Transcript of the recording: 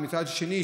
ומצד שני,